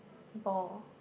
ball